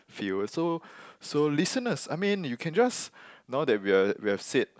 viewer so so listeners I mean you can just now that we have we have said